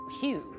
huge